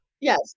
Yes